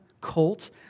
colt